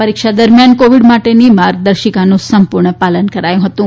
પરીક્ષા દરમિયાન કોવીડ માટેની માર્ગદર્શિકાનું સંપુર્ણ પાલન કરાયું હતું